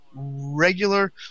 Regular